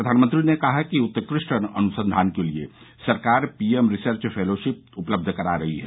प्रधानमंत्री ने कहा कि उत्कृष्ट अनुसंधान के लिए सरकार पी एम रिसर्च फेलोशिप उपलब्ध करा रही है